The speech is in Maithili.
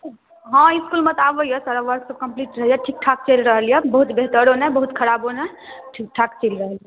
हँ इसकूलमे तऽ आबैए सारा वर्कसभ कम्प्लीट रहैए ठीक ठाक चलि रहल यए बहुत बेहतरो नहि बहुत खराबो नहि ठीक ठाक चलि रहल यए